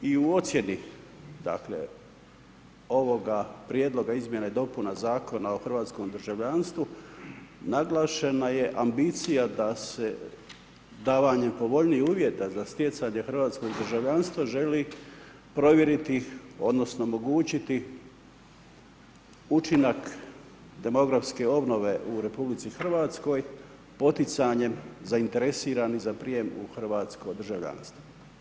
I u ocijeni dakle ovoga Prijedloga izmjena i dopuna Zakona o hrvatskom državljanstvu naglašena je ambicija da se davanjem povoljnijih uvjeta za stjecanje hrvatskog državljanstva želi provjeriti odnosno omogućiti učinak demografske obnove u RH poticanjem zainteresiranih za prijem u hrvatskog državljanstvo.